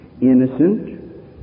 innocent